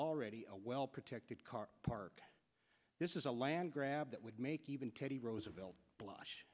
already a well protected car park this is a land grab that would make even teddy roosevelt blush